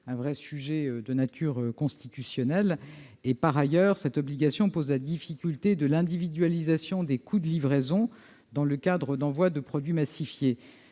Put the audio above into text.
un vrai problème de nature constitutionnelle. Par ailleurs, cette obligation soulève la difficulté de l'individualisation des coûts de livraison dans le cadre d'envois de produits massifiés.